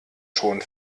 schon